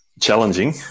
challenging